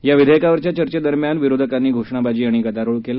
या विधेयकावरच्या चर्चेदरम्यान विरोधकांनी घोषणाबाजी आणि गदारोळ केला